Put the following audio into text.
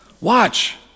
watch